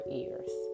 ears